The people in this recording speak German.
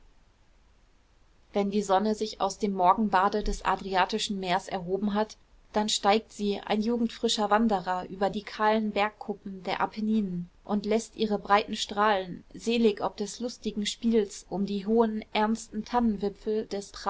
wenn die sonne sich aus dem morgenbade des adriatischen meers erhoben hat dann steigt sie ein jugendfrischer wanderer über die kahlen bergkuppen der apenninen und läßt ihre breiten strahlen selig ob des lustigen spiels um die hohen ernsten tannenwipfel des